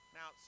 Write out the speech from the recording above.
Now